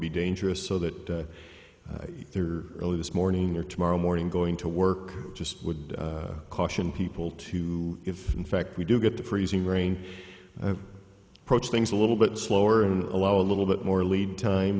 be dangerous so that there were early this morning or tomorrow morning going to work just would caution people to if in fact we do get to freezing rain approach things a little bit slower and allow a little bit more lead time